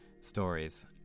stories